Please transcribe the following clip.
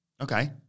Okay